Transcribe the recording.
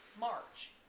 March